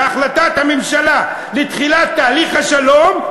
בהחלטת הממשלה לתחילת תהליך השלום,